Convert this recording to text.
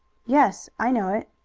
yes, i know it.